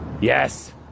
Yes